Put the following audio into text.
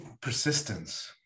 persistence